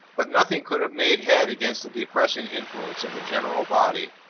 but nothing could have made head against the depressing influence of the general body.